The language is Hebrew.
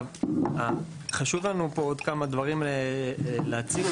חשוב לנו להציג